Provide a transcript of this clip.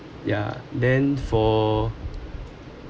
ya then for